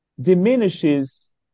diminishes